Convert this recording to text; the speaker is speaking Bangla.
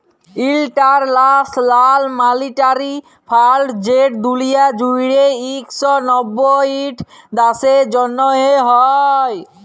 ইলটারল্যাশ লাল মালিটারি ফাল্ড যেট দুলিয়া জুইড়ে ইক শ নব্বইট দ্যাশের জ্যনহে হ্যয়